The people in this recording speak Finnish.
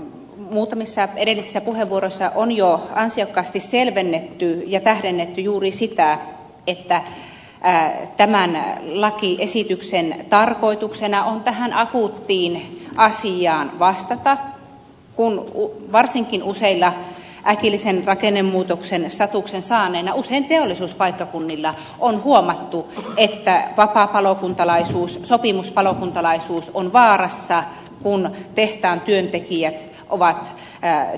tässä muutamissa edellisissä puheenvuoroissa on jo ansiokkaasti selvennetty ja tähdennetty juuri sitä että tämän lakiesityksen tarkoituksena on tähän akuuttiin asiaan vastata kun varsinkin useilla äkillisen rakennemuutoksen statuksen saaneilla paikkakunnilla usein teollisuuspaikkakunnilla on huomattu että vapaapalokuntalaisuus sopimuspalokuntalaisuus on vaarassa kun tehtaan työntekijät ovat